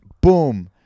Boom